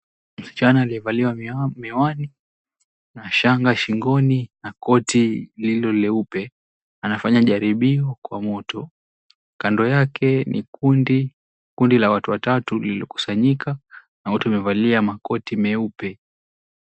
Msichana aliyevalia miwani, na shanga shingoni, na koti lililo leupe. Anafanya jaribio kwa moto. Kando yake ni kundi la watu watatu lilikusanyika, na wote wamevalia makoti meupe.